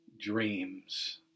dreams